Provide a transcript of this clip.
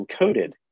encoded